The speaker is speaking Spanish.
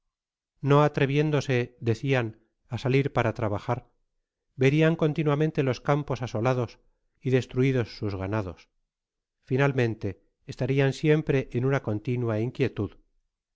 no atreviéndose decian á salir para trabajar verian continuamente les campes asolados y destruidos sus ganados finalmente estarian siempre en una continu inquietud